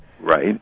Right